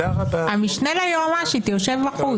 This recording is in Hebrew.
המשנה ליועמ"שית יושב בחוץ.